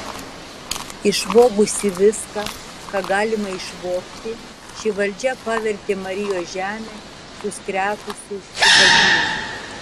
išvogusi viską ką galima išvogti ši valdžia pavertė marijos žemę suskretusiu ubagynu